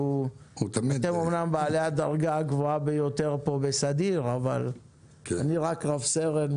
אתם אמנם בעלי הדרגה הגבוהה ביותר פה בסדיר אבל אני רק רב סרן,